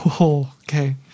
Okay